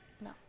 No